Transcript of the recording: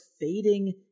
fading